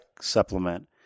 supplement